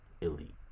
Elite